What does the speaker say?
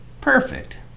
Perfect